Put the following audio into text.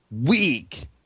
weak